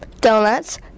donuts